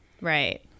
Right